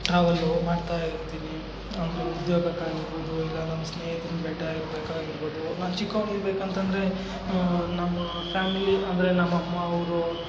travel ಮಾಡ್ತಾ ಇರ್ತೀನಿ ಅಂದರೆ ಉದ್ಯೋಗಕ್ಕಾಗಿರ್ಬೋದು ಇಲ್ಲ ನಮ್ಮ ಸ್ನೇಹಿತರನ್ನು ಭೇಟಿಯಾಗಕಾಗಿರ್ಬೋದು ನಾನು ಚಿಕ್ಕವ್ನು ಇರಬೇಕಂತಂದ್ರೆ ನಮ್ಮ ಫ್ಯಾಮಿಲಿ ಅಂದರೆ ನಮ್ಮಅಮ್ಮ ಅವರು